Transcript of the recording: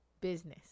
business